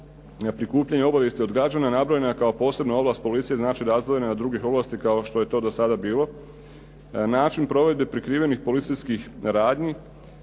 prikupljanja obavijesti odgađanja nabrojena je kao posebna ovlast policije, znači razdvojena je od drugih ovlasti kao što je to do sada bilo. Način provedbe prikrivenih policijskih radnji,